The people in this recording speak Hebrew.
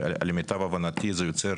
למיטב הבנתי, זה יוצר